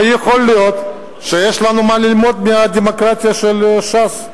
ויכול להיות שיש לנו מה ללמוד מהדמוקרטיה של ש"ס.